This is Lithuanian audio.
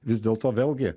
vis dėlto vėlgi